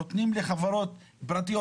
נותנים לחברות פרטיות,